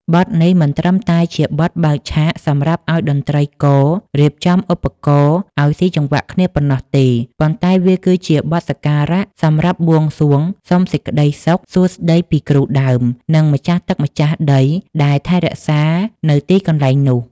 បទនេះមិនត្រឹមតែជាបទបើកឆាកសម្រាប់ឱ្យតន្ត្រីកររៀបចំឧបករណ៍ឱ្យស៊ីចង្វាក់គ្នាប៉ុណ្ណោះទេ ប៉ុន្តែវាគឺជាបទសក្ការៈសម្រាប់បួងសួងសុំសេចក្តីសុខសួស្តីពីគ្រូដើម និងម្ចាស់ទឹកម្ចាស់ដីដែលថែរក្សានៅទីកន្លែងនោះ។